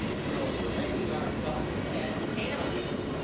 so we're making our dogs and cats cannibals,